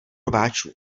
rváčů